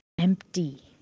Empty